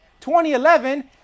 2011